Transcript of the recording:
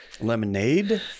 Lemonade